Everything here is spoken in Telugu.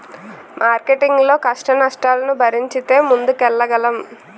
మార్కెటింగ్ లో కష్టనష్టాలను భరించితే ముందుకెళ్లగలం